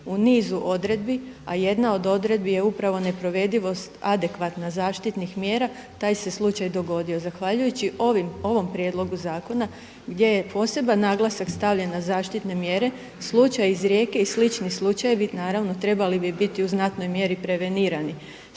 u nizu odredbi, a jedna od odredbi je upravo nepovredivost adekvatna zaštitnih mjera taj se slučaj dogodio. Zahvaljujući ovom prijedlogu zakona gdje je poseban naglasak stavljen na zaštitne mjere, slučaj iz Rijeke i slični slučajevi naravno trebali bi biti u znatnoj mjeri prevenirani.